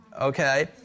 okay